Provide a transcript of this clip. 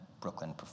Brooklyn